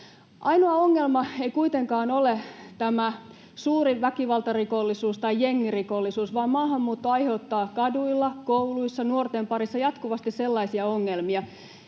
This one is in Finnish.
Ainoa ongelma ei kuitenkaan ole tämä suuri väkivaltarikollisuus tai jengirikollisuus, vaan maahanmuutto aiheuttaa kaduilla, kouluissa, nuorten parissa jatkuvasti sellaisia ongelmia,